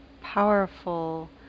powerful